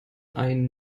einen